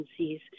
agencies